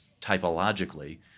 typologically